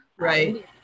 Right